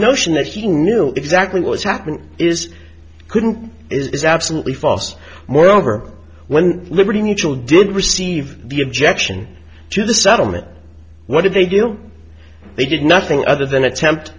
notion that he knew exactly what was happening is couldn't is absolutely false moreover when liberty mutual did receive the objection to the settlement what did they do they did nothing other than attempt